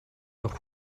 noch